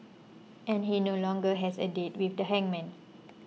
and he no longer has a date with the hangman